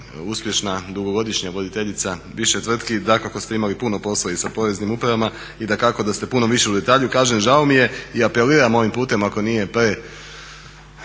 uspješna dugogodišnja voditeljica više tvrtki dakako ste imali puno posla i sa poreznim upravama i dakako da ste puno više u detalja. Kažem žao mi je i apeliram ovim putem ako nije